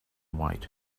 wait